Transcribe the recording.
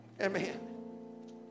Amen